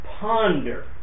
Ponder